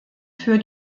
für